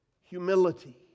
humility